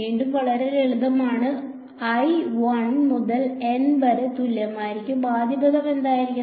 വീണ്ടും വളരെ ലളിതമാണ് i 1 മുതൽ N വരെ തുല്യമാണ് ആദ്യ പദം എന്തായിരിക്കണം